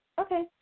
Okay